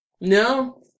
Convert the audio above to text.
No